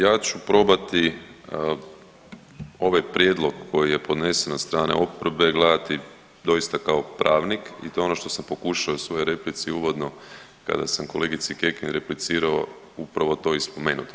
Ja ću probati ovaj prijedlog koji je podnesen od strane oporbe gledati doista kao pravnik i to je ono što sam pokušao i u svojoj replici uvodno kada sam kolegici Kekin replicirao upravo to i spomenuti.